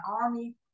Army